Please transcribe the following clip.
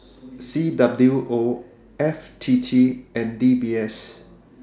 C W O F T T and D B S